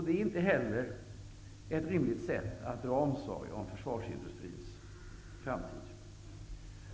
Det är inte heller ett rimligt sätt att dra omsorg om försvarsindustrins framtid.